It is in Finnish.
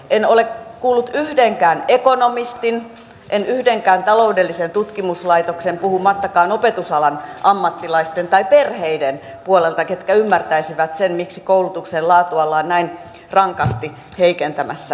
en ole kuullut yhdenkään ekonomistin en yhdenkään taloudellisen tutkimuslaitoksen puhumattakaan opetusalan ammattilaisista tai perheistä puolelta että kukaan ymmärtäisi sitä miksi koulutuksen laatua ollaan näin rankasti heikentämässä